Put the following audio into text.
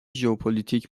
ژئوپلیتک